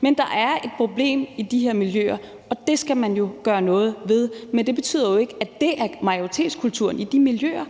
Men der er et problem i de her miljøer, og det skal man jo gøre noget ved. Men det betyder jo ikke, at det er majoritetskulturen i de miljøer.